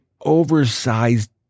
oversized